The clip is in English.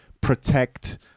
protect